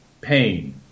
pain